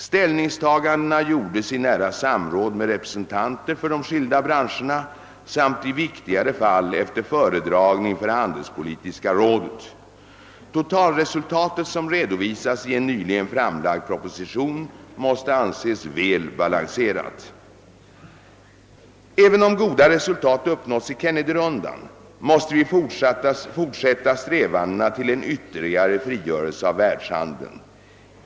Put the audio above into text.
Ställningstagandena gjordes i nära samråd med representanter för de skilda branscherna samt i viktigare fall efter föredragning för handelspolitiska rådet. Totalresultatet som redovisas i en nyligen framlagd proposition måste anses väl balanserat. Även om goda resultat uppnåtts i Kennedyronden måste vi fortsätta strävandena till en ytterligare frigörelse av världshandeln.